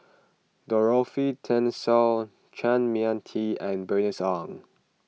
Dorothy Tessensohn Chua Mia Tee and Bernice Ong